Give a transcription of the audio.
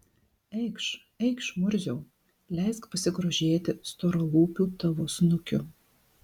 eikš eikš murziau leisk pasigrožėti storalūpiu tavo snukiu